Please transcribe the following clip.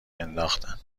انداختن